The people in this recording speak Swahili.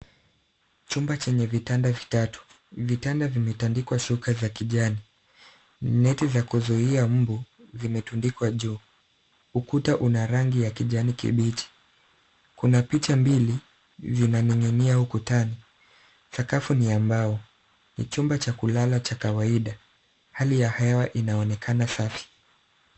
Chumba chenye vitanda vitatu. Vitanda vimetandikwa shuka za kijani. Neti za kuzuia mbu zimetundikwa juu. Ukuta una rangi ya kijani kibichi. Kuna picha mbili zinaning'inia ukutani. Sakafu ni ya mbao. Ni chumba cha kulala cha kawaida. Hali ya hewa inaonekana safi.